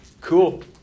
Cool